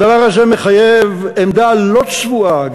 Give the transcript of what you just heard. הדבר הזה מחייב עמדה לא צבועה,